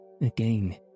Again